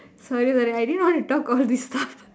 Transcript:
sorry but I didn't want talk all this stuff